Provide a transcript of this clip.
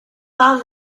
found